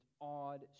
odd